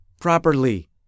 properly